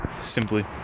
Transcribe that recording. simply